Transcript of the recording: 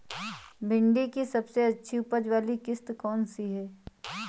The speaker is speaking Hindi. भिंडी की सबसे अच्छी उपज वाली किश्त कौन सी है?